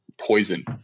poison